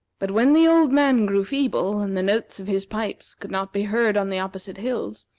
but when the old man grew feeble, and the notes of his pipes could not be heard on the opposite hills,